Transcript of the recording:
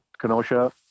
Kenosha